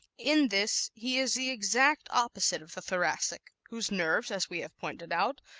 in this he is the exact opposite of the thoracic whose nerves, as we have pointed out,